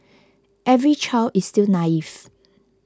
every child is still naive